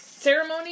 ceremony